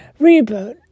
reboot